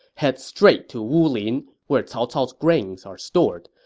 head straight to wulin, where cao cao's grains are stored.